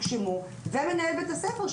ולמנהל בית הספר,